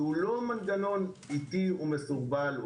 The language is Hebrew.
שאינו איטי ומסורבל.